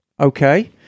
okay